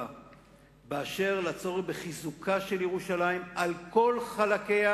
באשר לצורך בחיזוקה של ירושלים על כל חלקיה,